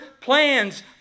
plans